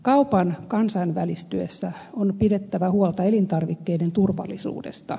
kaupan kansainvälistyessä on pidettävä huolta elintarvikkeiden turvallisuudesta